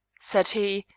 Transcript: said he,